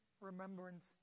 remembrance